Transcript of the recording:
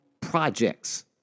projects